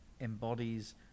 embodies